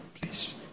please